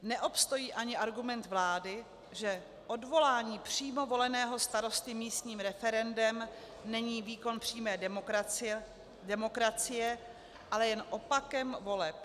Neobstojí ani argument vlády, že odvolání přímo voleného starosty místním referendem není výkon přímé demokracie, ale jen opakem voleb.